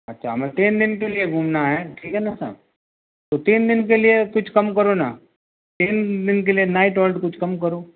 अच्छा हमें तीन दिन के लिए घूमना है ठीक है ना सब तो तीन दिन के लिए कुछ कम करो ना तीन दिन के लिए नाइट होल्ड कुछ काम करो